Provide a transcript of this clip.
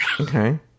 Okay